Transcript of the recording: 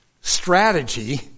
strategy